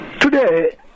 Today